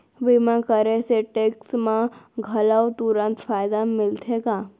बीमा करे से टेक्स मा घलव तुरंत फायदा मिलथे का?